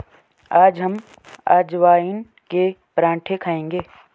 आज हम अजवाइन के पराठे खाएंगे